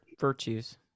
virtues